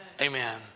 Amen